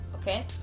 okay